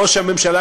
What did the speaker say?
ראש הממשלה,